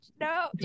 No